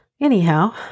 Anyhow